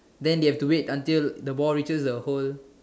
then they have to wait until the ball reach the hole